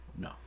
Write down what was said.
No